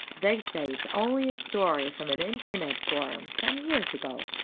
they say it's only a story from an internet forum, some years ago.